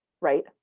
right